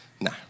Nah